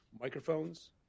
microphones